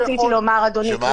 שמה?